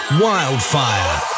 Wildfire